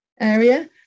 area